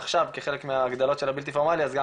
עכשיו כחלק מההגדלות שהבלתי פורמאליים אז גם